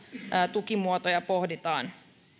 tukimuotoja pohditaan